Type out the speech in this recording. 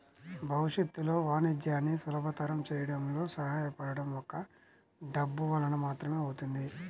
భవిష్యత్తులో వాణిజ్యాన్ని సులభతరం చేయడంలో సహాయపడటం ఒక్క డబ్బు వలన మాత్రమే అవుతుంది